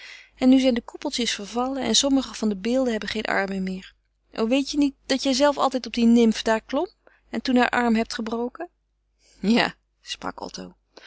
en nu zijn de koepeltjes vervallen en sommige van de beelden hebben geen armen meer o weet je niet dat jij zelf altijd op die nimf daar klom en toen haar arm hebt gebroken ja sprak otto